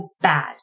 bad